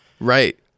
right